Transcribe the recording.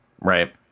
right